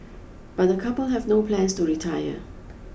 but the couple have no plans to retire